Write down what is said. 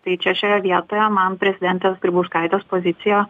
tai čia šioje vietoje man prezidentės grybauskaitės pozicija